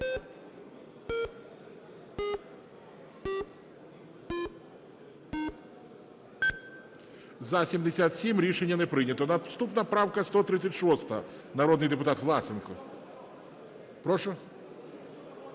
За-77 Рішення не прийнято. Наступна правка 136, народний депутат Власенко. (Шум